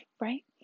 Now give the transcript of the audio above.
right